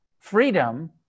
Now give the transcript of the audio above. freedom